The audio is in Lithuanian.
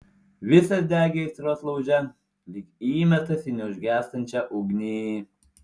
visas degė aistros lauže lyg įmestas į neužgęstančią ugnį